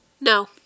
No